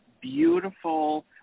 beautiful